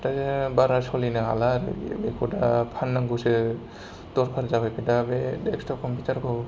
दा बारा सलिनो हाला आरो बियो बेखौ दा फाननांगौ सो दरखार जाबाय दा बे डेक्सट'प कम्पिउटारखौ